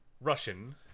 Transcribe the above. Russian